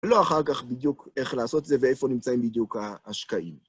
לא אחר כך בדיוק איך לעשות זה, ואיפה נמצאים בדיוק ה... השקעים.